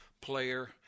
player